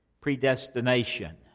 predestination